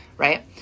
right